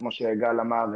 כמו שגל אמר,